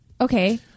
okay